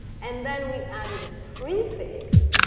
and then we added a prefix,